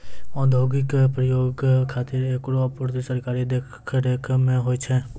औद्योगिक प्रयोग खातिर एकरो आपूर्ति सरकारी देखरेख म होय छै